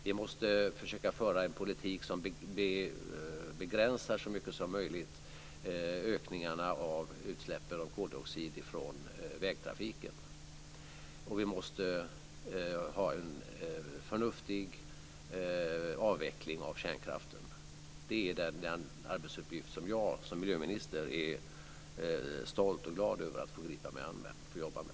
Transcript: Vi måste försöka föra en politik som så mycket som möjligt begränsar ökningarna av koldioxidutsläpp från vägtrafiken, och vi måste ha en förnuftig avveckling av kärnkraften. Det är den arbetsuppgift som jag som miljöminister är stolt och glad över att få gripa mig an och jobba med.